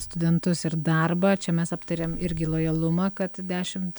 studentus ir darbą čia mes aptarėm irgi lojalumą kad dešimt